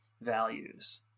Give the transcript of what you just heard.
values